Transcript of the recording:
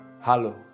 Hello